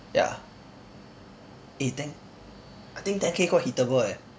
ya eh ten I think ten K quite hit-able eh